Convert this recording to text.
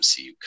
MCU